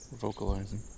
vocalizing